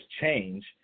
change